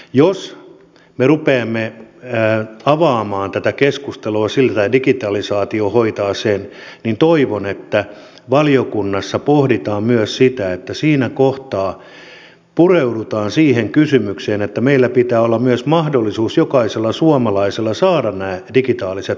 jos me rupeamme avaamaan tätä keskustelua sillä että digitalisaatio hoitaa sen niin toivon että valiokunnassa pohditaan myös sitä että siinä kohtaa pureudutaan siihen kysymykseen että meillä pitää olla myös mahdollisuus jokaisella suomalaisella saada nämä digitaaliset palvelut